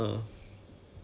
he also spend like